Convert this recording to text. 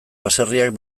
baserriak